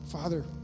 Father